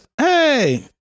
hey